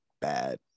bad